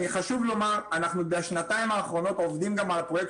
חשוב לי לומר שאנחנו בשנתיים האחרונות עובדים גם על הפרויקט